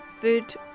food